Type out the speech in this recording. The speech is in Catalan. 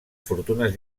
fortunes